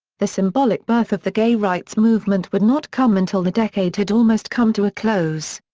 the symbolic birth of the gay rights movement would not come until the decade had almost come to a close.